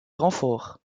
renfort